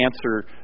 answer